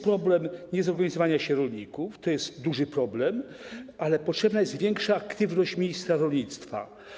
Problem niezorganizowania się rolników jest duży, ale potrzebna jest większa aktywność ministra rolnictwa.